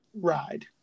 ride